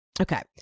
Okay